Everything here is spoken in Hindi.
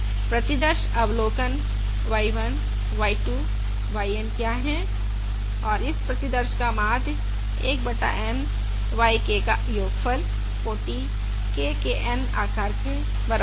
प्रतिदर्श अवलोकन y 1 y 2 y N क्या है और इस प्रतिदर्श का माध्य 1 बटा N समेशन K बराबर 1 से N yK के बराबर है